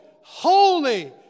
holy